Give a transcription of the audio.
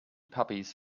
puppies